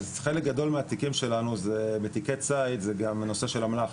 אז חלק גדול מהתיקים שלנו זה תיקי ציד זה גם נושא של אמל"ח.